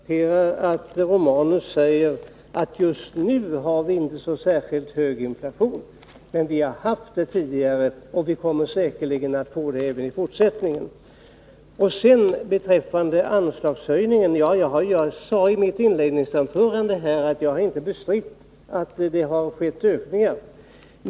Herr talman! Jag konstaterar att Gabriel Romanus säger att vi just nu inte har så särskilt hög inflation. Men vi har haft det tidigare, och vi kommer säkerligen att få det även i fortsättningen. Beträffande anslagshöjningen vill jag erinra om att jag i mitt inledningsanförande sade att jag inte bestrider att det har skett ökningar.